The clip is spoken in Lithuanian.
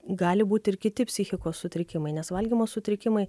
gali būti ir kiti psichikos sutrikimai nes valgymo sutrikimai